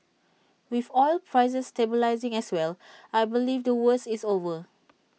with oil prices stabilising as well I believe the worst is over